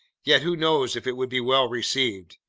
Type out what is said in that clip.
yet who knows if it would be well received?